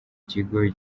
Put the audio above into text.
kigo